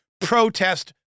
protest